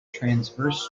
transverse